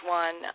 one